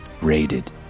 raided